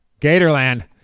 Gatorland